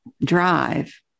drive